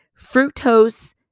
fructose